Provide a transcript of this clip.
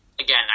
again